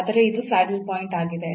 ಆದರೆ ಇದು saddle point ಆಗಿದೆ